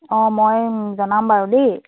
অঁ মই জনাম বাৰু দেই